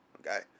Okay